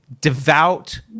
devout